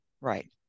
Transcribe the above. Right